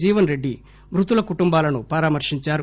జీవన్ రెడ్డి మృతుల కుటుంబాలను పరామర్శించారు